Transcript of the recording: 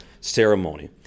ceremony